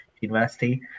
university